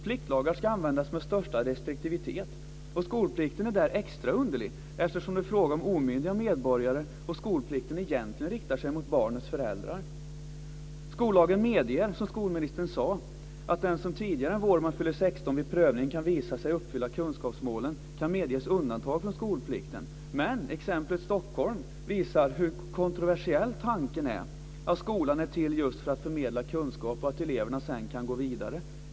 Pliktlagar ska användas med största restriktivitet. Skolplikten är där extra underlig, eftersom det är fråga om omyndiga medborgare och skolplikten egentligen riktar sig mot barnets föräldrar. Som skolministern sade kan skollagen medge undantag från skolplikten för den som tidigare än våren man fyller 16 vid prövning visar sig uppfylla kunskapsmålen. Men exemplet Stockholm visar hur kontroversiell tanken är att skolan är till just för att förmedla kunskap och att eleverna sedan kan gå vidare.